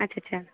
ਅੱਛਾ ਅੱਛਾ